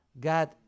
God